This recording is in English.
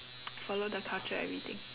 follow the culture everything